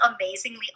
amazingly